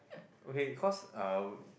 okay cause uh